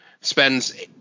spends